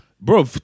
bro